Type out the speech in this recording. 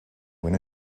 when